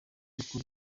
koko